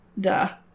Duh